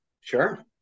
Sure